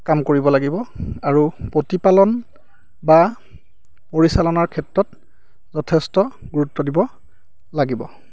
কাম কৰিব লাগিব আৰু প্ৰতিপালন বা পৰিচালনাৰ ক্ষেত্ৰত যথেষ্ট গুৰুত্ব দিব লাগিব